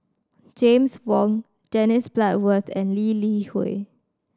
James Wong Dennis Bloodworth and Lee Li Hui